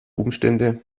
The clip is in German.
umstände